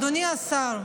אדוני השר,